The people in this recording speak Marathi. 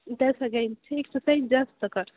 त्या सगळ्यांचे एक्सरसाईज जास्त कर